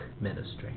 ministry